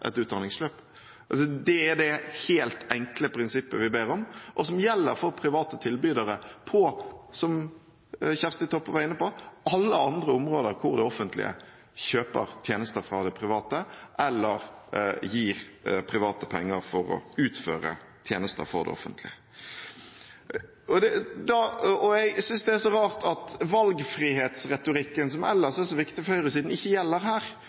et utdanningsløp. Det er det helt enkle prinsippet vi ber om, og som gjelder, som Kjersti Toppe var inne på, for private tilbydere på alle andre områder hvor det offentlige kjøper tjenester fra det private eller gir det private penger for å utføre tjenester for det offentlige. Jeg synes det er rart at valgfrihetsretorikken, som ellers er så viktig for høyresiden, ikke gjelder her.